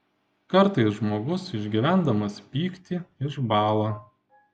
kartais žmogus išgyvendamas pyktį išbąla